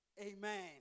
Amen